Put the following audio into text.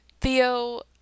Theo